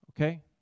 okay